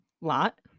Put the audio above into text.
lot